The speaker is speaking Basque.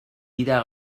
dira